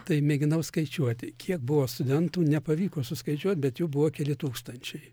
tai mėginau skaičiuoti kiek buvo studentų nepavyko suskaičiuot bet jų buvo keli tūkstančiai